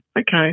okay